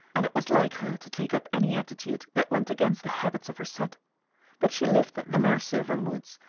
and it was like her to take up any attitude that went against the habits of her set but she lived at the mercy of her moods,